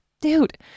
dude